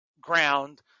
ground